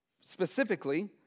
specifically